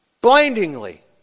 Blindingly